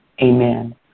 Amen